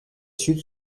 sud